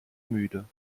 müde